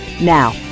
Now